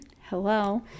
hello